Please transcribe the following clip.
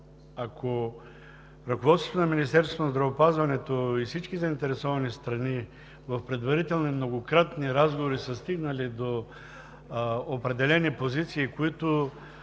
Ако ръководството на Министерството на здравеопазването и всички заинтересовани страни в предварителни многократни разговори са стигнали до определени позиции, които